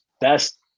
best